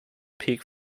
peak